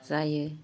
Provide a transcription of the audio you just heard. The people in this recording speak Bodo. जायो